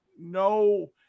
No –